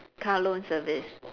car loan service